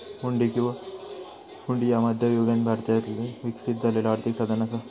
हुंडी किंवा हुंडी ह्या मध्ययुगीन भारतात विकसित झालेला आर्थिक साधन असा